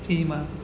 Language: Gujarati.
ઘીમાં